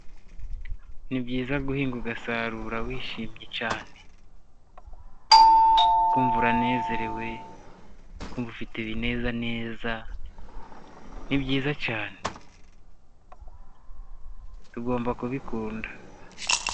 Nibyiza guhinga ugasarura wishinye cyane, ukumva uranezerewe, ukumva ifite ibineza neza, nibyiza cyane tugomba kubikunda.